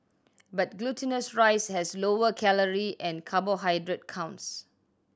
but glutinous rice has lower calorie and carbohydrate counts